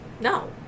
No